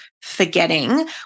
forgetting